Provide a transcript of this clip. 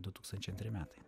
du tūkstančiai antri metai